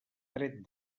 dret